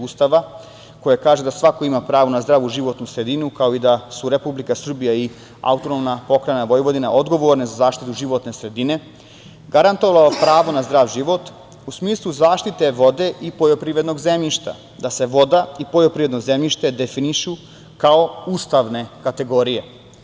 Ustava koja kaže da svako ima pravo na zdravu životnu sredinu, kao i da su Republika Srbija i AP Vojvodina odgovorne za zaštitu životne sredine, garantovao pravo na zdrav život u smislu zaštite vode i poljoprivrednog zemljišta, da se voda i poljoprivredno zemljište definišu kao ustavne kategorije.